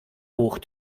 hoch